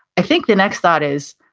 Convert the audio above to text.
i think the next thought is,